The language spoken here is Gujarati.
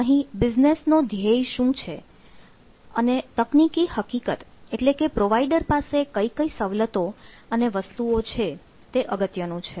અહીં બિઝનેસનો ધ્યેય શું છે અને તકનીકી હકીકત એટલે કે પ્રોવાઇડર પાસે કઈ કઈ સવલતો અને વસ્તુઓ છે તે અગત્યનું છે